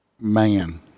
man